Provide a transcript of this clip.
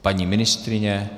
Paní ministryně?